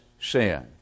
sin